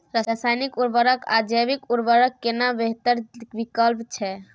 रसायनिक उर्वरक आ जैविक उर्वरक केना बेहतर विकल्प छै?